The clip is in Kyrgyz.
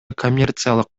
коммерциялык